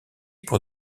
pour